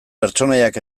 pertsonaiak